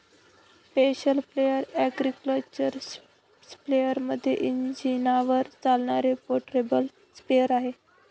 special sprayer agriculture स्पेअरमध्ये इंजिनावर चालणारे पोर्टेबल स्प्रेअर आहे